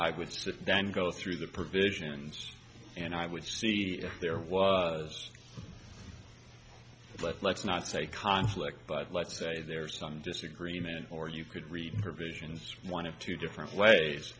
i would sit down and go through the provisions and i would see if there was let's not say conflict but let's say there's some disagreement or you could read in her visions one of two different ways